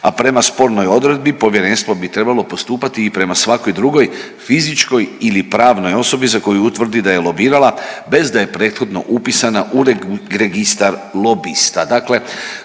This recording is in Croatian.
a prema spornoj odredbi povjerenstvo bi trebalo postupati i prema svakoj drugoj fizičkoj ili pravnoj osobi za koju utvrdi da je lobirala bez da je prethodno upisana u registar lobista.